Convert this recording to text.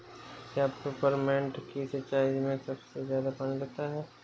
क्या पेपरमिंट की सिंचाई में सबसे ज्यादा पानी लगता है?